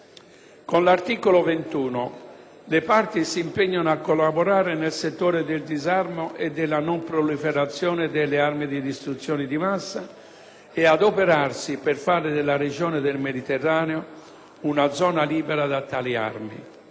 Con l'articolo 21 le parti si impegnano a collaborare nel settore del disarmo e della non proliferazione delle armi di distruzione di massa e ad adoperarsi per fare della Regione del Mediterraneo una zona libera da tali armi.